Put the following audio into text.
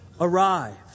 arrived